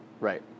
Right